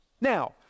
Now